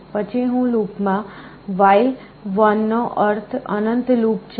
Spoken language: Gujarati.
પછી લૂપમાં while નો અર્થ અનંત લૂપ છે